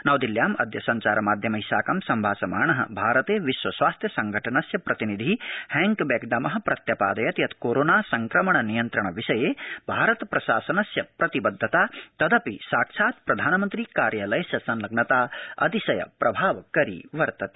नवदिल्ल्याम अदय संचार माध्यमै साकं सम्भाषमाण भारते विश्व स्वासथ्य संघटनस्य प्रतिनिधि हैंक बैकडम प्रत्यपादयत् यत् कोरोना संक्रमण नियन्त्रण विषये भारत प्रशासनस्य प्रतिबद्धता तदपि साक्षात् प्रधानमन्त्रि कार्यालयस्य संलग्नता अतिशय प्रभावकरी वर्तते